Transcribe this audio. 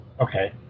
Okay